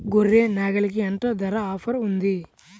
గొర్రె, నాగలికి ఎంత ధర ఆఫర్ ఉంది?